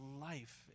life